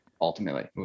ultimately